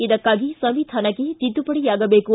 ಇದಕ್ಕಾಗಿ ಸಂವಿಧಾನಕ್ಕೆ ತಿದ್ದುಪಡಿಯಾಗಬೇಕು